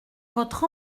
votre